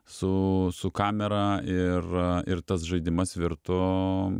su su kamera ir ir tas žaidimas virto